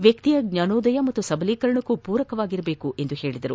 ವ್ಯಕ್ತಿಯ ಜ್ವಾನೋದಯ ಮತ್ತು ಸಬಲೀಕರಣಕ್ಕೂ ಪೂರಕವಾಗಿರಬೇಕು ಎಂದರು